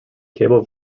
cable